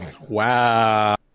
Wow